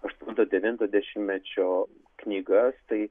aštunto devinto dešimtmečio knygas tai